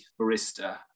Barista